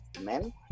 men